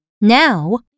Now